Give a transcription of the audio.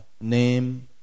name